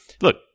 look